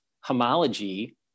homology